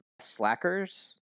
Slackers